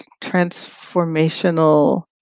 transformational